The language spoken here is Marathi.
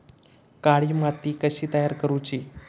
काळी माती कशी तयार करूची?